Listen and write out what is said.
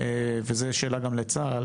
וזה שאלה גם לצה"ל